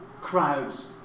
crowds